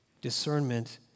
Discernment